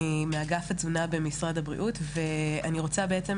אני מאגף התזונה במשרד הבריאות ואני רוצה בעצם,